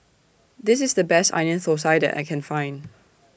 This IS The Best Onion Thosai that I Can Find